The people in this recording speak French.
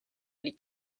les